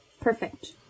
perfect